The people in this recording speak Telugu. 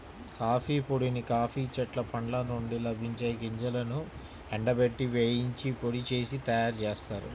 కాఫీ పొడిని కాఫీ చెట్ల పండ్ల నుండి లభించే గింజలను ఎండబెట్టి, వేయించి పొడి చేసి తయ్యారుజేత్తారు